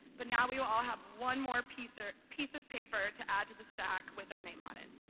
but now we will all have one more piece or piece of paper to add to the stack with our name on it.